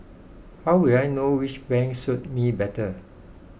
how will I know which bank suits me better